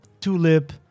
tulip